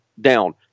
down